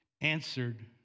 Answered